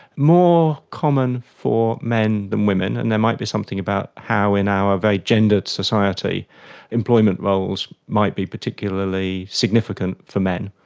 more common for men than women, and there might be something about how in our very gendered society employment roles might be particularly significant for men.